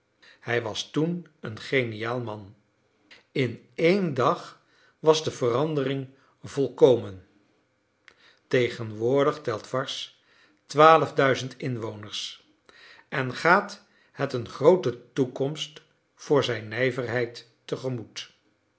hij was toen een geniaal man in één dag was de verandering volkomen tegenwoordig telt varses inwoners en gaat het een groote toekomst voor zijn nijverheid